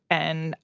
and,